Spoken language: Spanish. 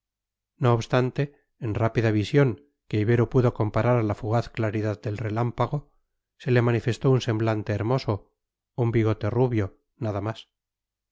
no obstante en rápida visión que ibero pudo comparar a la fugaz claridad del relámpago se le manifestó un semblante hermoso un bigote rubio nada más